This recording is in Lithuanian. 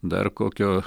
dar kokio